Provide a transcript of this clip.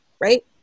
right